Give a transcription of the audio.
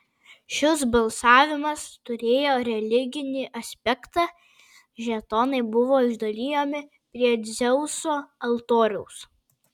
šis balsavimas turėjo religinį aspektą žetonai buvo išdalijami prie dzeuso altoriaus